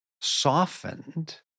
softened